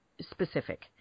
specific